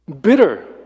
Bitter